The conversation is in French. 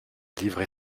livré